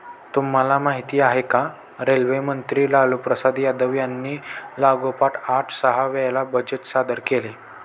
तुम्हाला माहिती आहे का? रेल्वे मंत्री लालूप्रसाद यादव यांनी लागोपाठ आठ सहा वेळा बजेट सादर केले